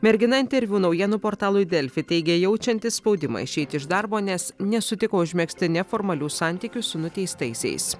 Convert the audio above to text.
mergina interviu naujienų portalui delfi teigė jaučianti spaudimą išeiti iš darbo nes nesutiko užmegzti neformalių santykių su nuteistaisiais